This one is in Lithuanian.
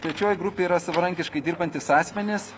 trečioji grupė yra savarankiškai dirbantys asmenys